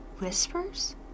Whispers